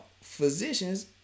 physicians